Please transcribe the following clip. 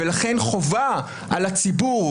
ולכן חובה על הציבור,